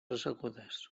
assegudes